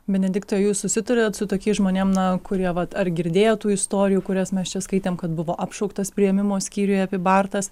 benediktai jūs susiduriat su tokiais žmonėm kurie vat ar girdėjo tų istorijų kurias mes čia skaitėm kad buvo apšauktas priėmimo skyriuje apibartas